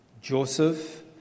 Joseph